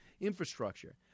infrastructure